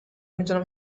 میتونم